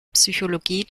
psychologie